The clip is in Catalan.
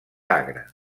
agra